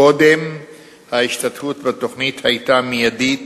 קודם ההשתתפות בתוכנית היתה מיידית